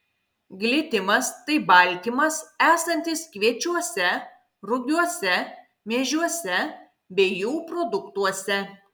glitimas tai baltymas esantis kviečiuose rugiuose miežiuose bei jų produktuose